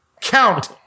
Count